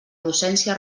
docència